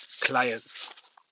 clients